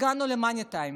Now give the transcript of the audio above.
הגענו ל-Money Time.